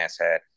asshat